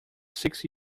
six